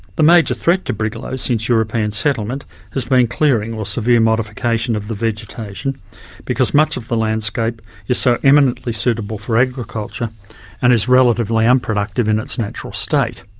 the major threat to brigalow since european settlement has been clearing or severe modification of the vegetation because much of the landscape is so eminently suitable for agriculture and is relatively unproductive in its natural state.